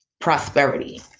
prosperity